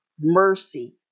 mercy